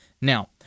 Now